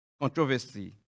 controversy